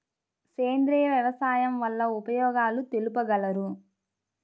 సేంద్రియ వ్యవసాయం వల్ల ఉపయోగాలు తెలుపగలరు?